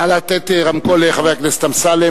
נא לתת רמקול לחבר הכנסת אמסלם.